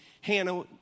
Hannah